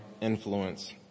influence